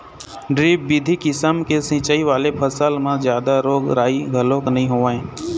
drip बिधि किसम के सिंचई वाले फसल म जादा रोग राई घलोक नइ होवय